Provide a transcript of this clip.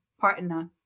partner